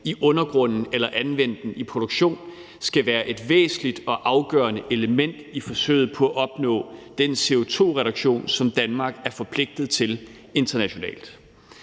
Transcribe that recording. i undergrunden eller anvende den i produktion, skal være et væsentligt og afgørende element i forsøget på at opnå den CO2-reduktion, som Danmark er forpligtet til internationalt.